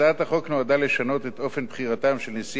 הצעת החוק נועדה לשנות את אופן בחירתם של נשיא